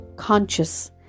conscious